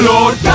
Lord